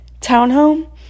townhome